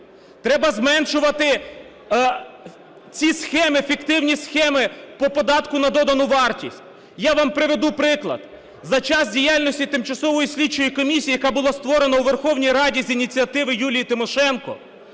треба зменшувати ці схеми, фіктивні схеми по податку на додану вартість. Я вам приведу приклад. За час діяльності тимчасової слідчої комісії, яка була створена у Верховній Раді за ініціативи Юлії Тимошенко,